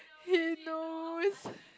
he knows